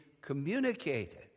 communicated